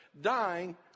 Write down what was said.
dying